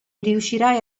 riuscirai